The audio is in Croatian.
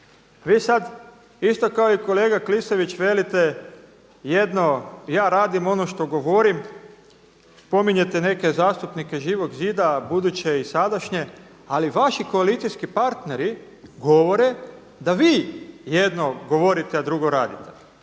Vi sad, isto kao i kolega Klisović velite jedno, ja radim ono što govorim, spominjete neke zastupnike Živog zida, buduće i sadašnje, ali vaši koalicijski partneri govore da vi jedno govorite a drugo radite.